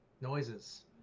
noises